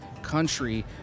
country